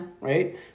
right